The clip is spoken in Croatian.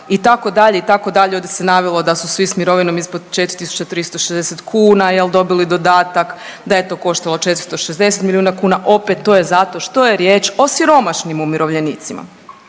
itd., itd. onda se navelo da su svi s mirovinom ispod 4.360 kuna dobili dodatak da je to koštalo 460 milijuna kuna. Opet to je zato što je riječ o siromašnim umirovljenicima.